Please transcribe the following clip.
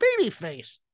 babyface